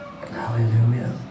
Hallelujah